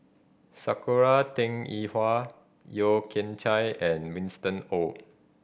Sakura Teng Yi Hua Yeo Kian Chai and Winston Oh